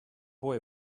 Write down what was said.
boy